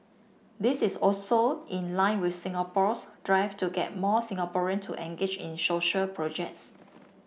this is also in line with Singapore's drive to get more Singaporean to engage in social projects